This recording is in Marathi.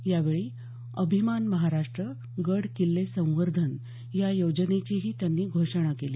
यावेळी अभिमान महाराष्ट्र गड किल्ले संवर्धन या योजनेचीही त्यांनी घोषणा केली